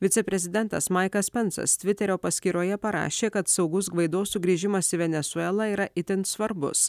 viceprezidentas maikas pensas tviterio paskyroje parašė kad saugus gvaido sugrįžimas į venesuelą yra itin svarbus